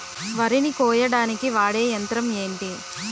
వరి ని కోయడానికి వాడే యంత్రం ఏంటి?